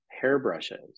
hairbrushes